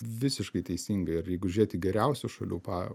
visiškai teisingai ir jeigu žiūrėti į geriausių šalių pa